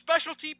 specialty